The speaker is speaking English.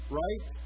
right